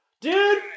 Dude